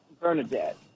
Bernadette